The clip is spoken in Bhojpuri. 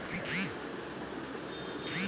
गीला घास से मट्टी क उर्वरता बनल रहला